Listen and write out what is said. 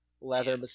leather